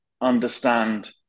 understand